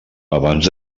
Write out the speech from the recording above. abans